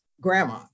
grandma